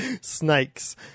Snakes